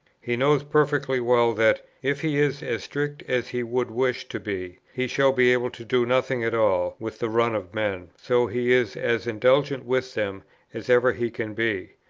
he knows perfectly well that, if he is as strict as he would wish to be, he shall be able to do nothing at all with the run of men so he is as indulgent with them as ever he can be.